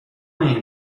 این